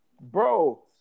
bro